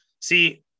See